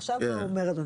עכשיו אומר אדוני,